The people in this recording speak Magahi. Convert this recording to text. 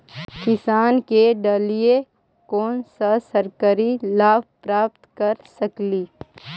किसान के डालीय कोन सा सरकरी लाभ प्राप्त कर सकली?